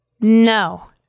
no